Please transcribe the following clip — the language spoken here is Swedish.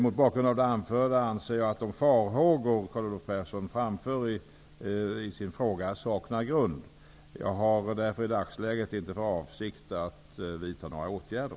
Mot bakgrund av det anförda anser jag att de farhågor som Carl Olov Persson framför i sin fråga saknar grund. Jag har därför i dagsläget inte för avsikt att vidta några åtgärder.